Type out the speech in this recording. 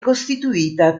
costituita